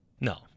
No